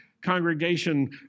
congregation